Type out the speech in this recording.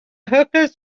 hookahs